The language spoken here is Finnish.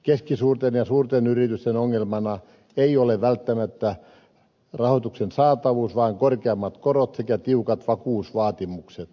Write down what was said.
keskisuurten ja suurten yritysten ongelmana ei ole välttämättä rahoituksen saatavuus vaan korkeammat korot sekä tiukat vakuusvaatimukset